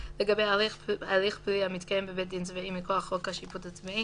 לגבי הליך פלילי המתקיים בבית דין צבאי מכוח חוק השיפוט הצבאי,